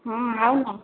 हँ आउ ने